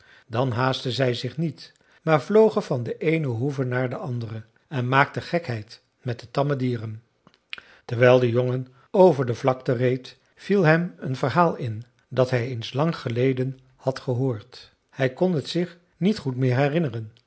dan haastten zij zich niet maar vlogen van de eene hoeve naar de andere en maakten gekheid met de tamme dieren terwijl de jongen over de vlakte reed viel hem een verhaal in dat hij eens lang geleden had gehoord hij kon het zich niet goed meer herinneren